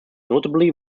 notably